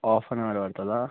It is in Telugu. హాఫ్ అన్ అవర్ పడుతుందా